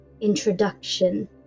...introduction